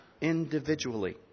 individually